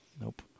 Nope